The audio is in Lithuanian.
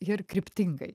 ir kryptingai